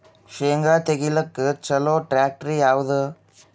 ಶೇಂಗಾ ತೆಗಿಲಿಕ್ಕ ಚಲೋ ಟ್ಯಾಕ್ಟರಿ ಯಾವಾದು?